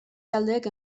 taldeek